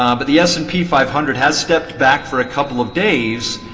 um but the s and p five hundred has stepped back for a couple of days.